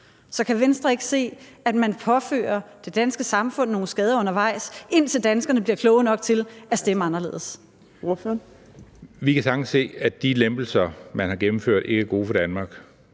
Så kan Venstre ikke se, at man påfører det danske samfund nogle skader undervejs, indtil danskerne bliver kloge nok til at stemme anderledes? Kl. 14:35 Fjerde næstformand (Trine Torp): Ordføreren.